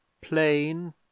plain